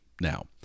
Now